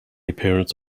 appearance